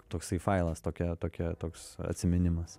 toksai failas tokia tokia toks atsiminimas